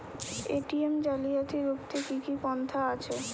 ATM জালিয়াতি রুখতে কি কি পন্থা আছে?